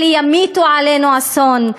אלה ימיטו עלינו אסון.